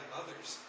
others